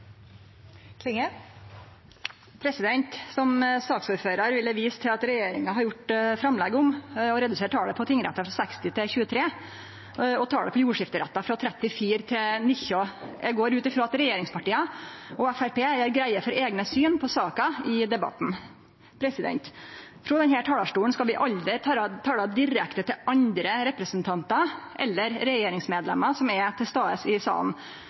saksordførar vil eg vise til at regjeringa har gjort framlegg om å redusere talet på tingrettar frå 60 til 23 og talet på jordskifterettar frå 34 til 19. Eg går ut frå at regjeringspartia og Framstegspartiet gjer greie for eigne syn i saka i debatten. Frå denne talarstolen skal vi aldri tale direkte til andre representantar eller regjeringsmedlemer som er til stades i salen.